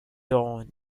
dawn